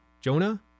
Jonah